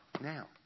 now